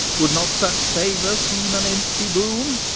would not such favor seem an empty boon?